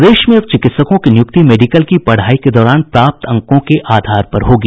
प्रदेश में अब चिकित्सकों की नियुक्ति मेडिकल की पढ़ाई के दौरान प्राप्त अंकों के आधार पर होगी